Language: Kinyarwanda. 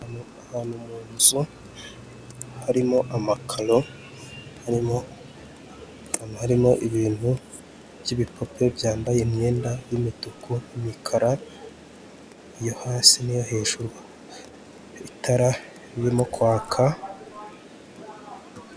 Iyi ni hoteri yubatse ku buryo bugezweho ndetse butangaje, ikaba yubatse mu gihugu cy' uRwanda mu mujyi wa Kigali; aho abakerarugendo bishimira kuyisura ndetse ikaberarwamo n'ibikorwa bitandukanye by'igihugu.